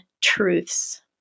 truths